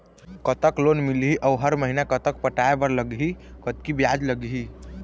कतक लोन मिलही अऊ हर महीना कतक पटाए बर लगही, कतकी ब्याज लगही?